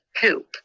poop